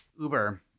Uber